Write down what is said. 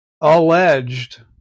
alleged